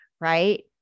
Right